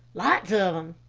lots of them.